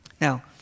Now